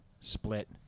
split